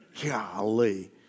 golly